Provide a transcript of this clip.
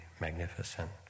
magnificent